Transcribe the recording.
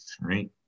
right